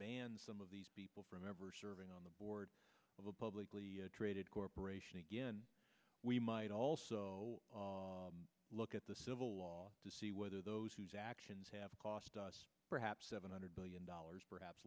ban some of these people from ever serving on the board of a publicly traded corporation again we might also look at the civil law to see whether those whose actions have cost us perhaps seven hundred billion dollars perhaps